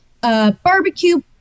barbecue